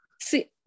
See